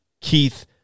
Keith